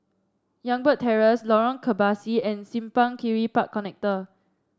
Youngberg Terrace Lorong Kebasi and Simpang Kiri Park Connector